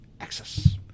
access